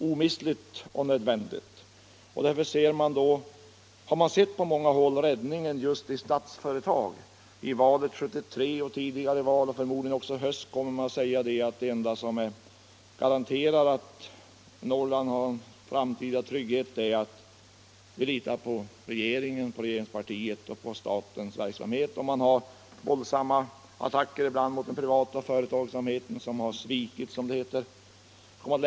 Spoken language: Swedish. — 26 februari 1976 I valet 1973 och i tidigare val har man sagt — och man kommer för: I modligen att säga det också inför valet i höst — att det enda som garanterar — Om sysselsättningen Norrland en framtida trygghet är att vi litar på regeringspartiet och på = vid Sonabs anläggstatens verksamhet. Det riktas ibland våldsamma attacker mot den pri — ning i Lövånger, vata företagsamheten, som man säger har svikit.